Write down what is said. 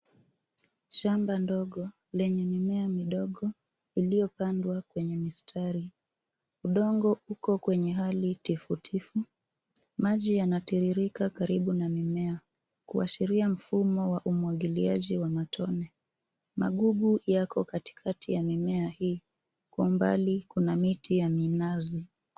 Shamba ndogo lenye mimea midogo iliyopandwa kwenye mistari. Udongo uko kwenye hali tifu tifu. Maji yanatiririka karibu na mimea kuashiria mfumo wa umwagiliaji wa matone. Magugu yako katikati ya mimea hii. Kwa umbali kuna miti ya minazi.